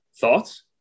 thoughts